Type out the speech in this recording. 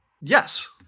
Yes